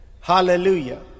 Hallelujah